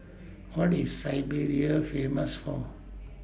What IS Siberia Famous For